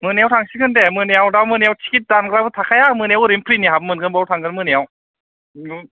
मोनायाव थांसिगोन दे मोनायाव दा मोनायाव टिकेट दानग्राबो थाखाया मोनायाव ओरैनो फ्रिनि हाबनो मोनगोन बेयावनो थांगोन मोनायाव